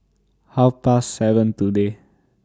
Half Past seven today